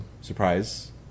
surprise